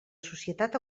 societat